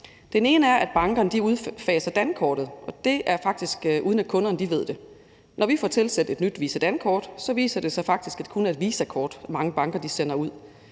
Den ene er, at bankerne udfaser dankortet, og det sker faktisk, uden at kunderne ved det. Når vi får tilsendt et nyt VISA-dankort, viser det sig faktisk, at mange banker kun sender et